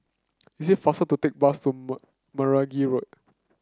is it faster to take bus to Meragi Road